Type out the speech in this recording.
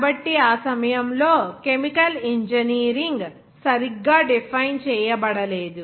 కాబట్టి ఆ సమయంలో కెమికల్ ఇంజనీరింగ్ సరిగ్గా డిఫైన్ చేయబడలేదు